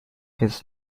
his